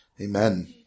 Amen